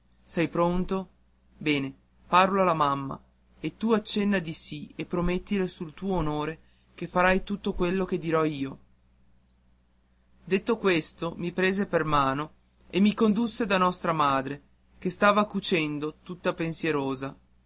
sei pronto bene parlo alla mamma e tu accenna di sì e promettile sul tuo onore che farai tutto quello che dirò io detto questo mi prese per mano e mi condusse da nostra madre che stava cucendo tutta pensierosa